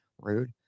Rude